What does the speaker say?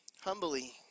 humbly